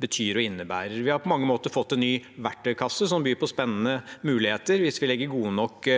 Vi har på mange måter fått en ny verktøykasse som byr på spennende muligheter hvis vi lager gode nok